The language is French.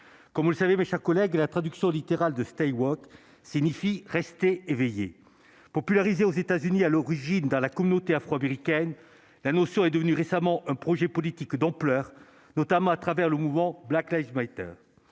comme vous le savez, mes chers collègues, la traduction littérale de stewards signifie rester éveillé popularisé aux États-Unis, à l'origine dans la communauté afro-américaine la notion est devenue récemment un projet politique d'ampleur, notamment à travers le mouvement Black lives Matter